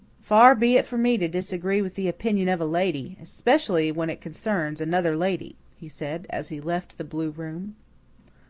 far be it from me to disagree with the opinion of a lady especially when it concerns another lady, he said, as he left the blue room.